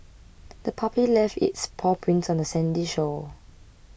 the puppy left its paw prints on the sandy shore